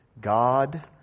God